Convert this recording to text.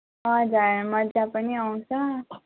हजुर मजा पनि आउँछ